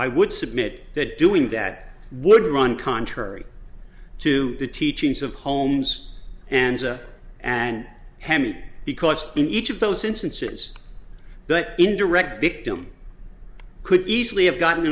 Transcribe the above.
i would submit that doing that would run contrary to the teachings of holmes and and hammy because in each of those instances the indirect victim i could easily have gotten